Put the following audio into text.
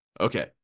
Okay